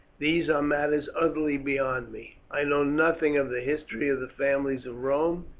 these are matters utterly beyond me. i know nothing of the history of the families of rome.